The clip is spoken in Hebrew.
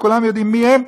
וכולם יודעים מי הם,